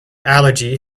allergy